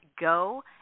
Go